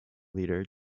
leader